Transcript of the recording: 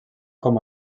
com